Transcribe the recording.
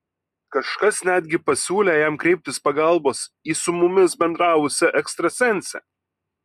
kažkas netgi pasiūlė jam kreiptis pagalbos į su mumis bendravusią ekstrasensę